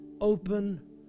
open